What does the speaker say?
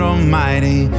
Almighty